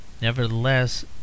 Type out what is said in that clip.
nevertheless